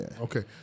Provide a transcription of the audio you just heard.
Okay